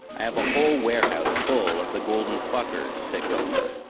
have a whole warehouse full of the golden fuckers, said gomer,